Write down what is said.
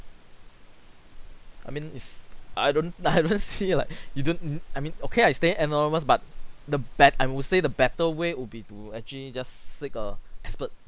I mean it's I don't I haven't see like you don't I mean okay I stay anonymous but the bet I would say the better way would be to actually just seek a expert